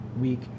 week